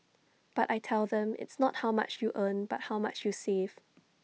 but I tell them it's not how much you earn but how much you save